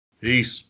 Peace